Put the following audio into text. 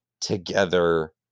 together